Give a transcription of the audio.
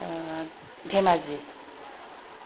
Dhemaji